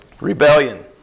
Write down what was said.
Rebellion